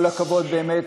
כל הכבוד, באמת,